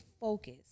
focus